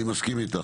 אני מסכים איתך,